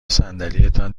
صندلیتان